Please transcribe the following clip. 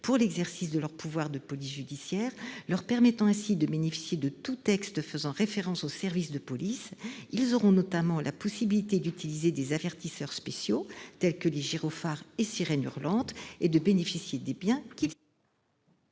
pour l'exercice de leurs pouvoirs de police judiciaire, leur permettant ainsi de bénéficier de tous textes faisant référence aux services de police. Ils auront notamment la possibilité d'utiliser des avertisseurs spéciaux, tels que gyrophares et sirènes hurlantes, et de bénéficier des biens qu'ils